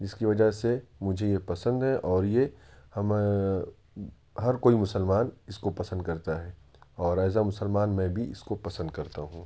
جس کی وجہ سے مجھے یہ پسند ہے اور یہ ہر کوئی مسلمان اس کو پسند کرتا ہے اور ایز آ مسلمان میں بھی اس کو پسند کرتا ہوں